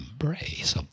embrace